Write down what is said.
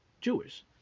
Jewish